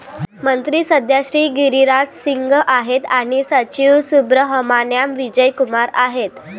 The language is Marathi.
मंत्री सध्या श्री गिरिराज सिंग आहेत आणि सचिव सुब्रहमान्याम विजय कुमार आहेत